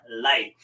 life